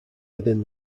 within